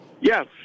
Yes